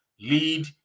lead